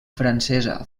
francesa